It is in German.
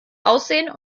aussehen